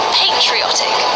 patriotic